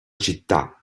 città